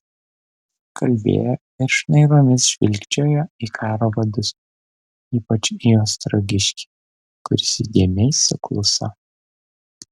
kalbėjo ir šnairomis žvilgčiojo į karo vadus ypač į ostrogiškį kuris įdėmiai sukluso